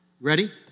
Ready